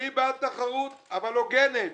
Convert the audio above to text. אני בעד תחרות אבל הוגנת.